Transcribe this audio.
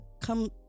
come